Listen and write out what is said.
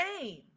game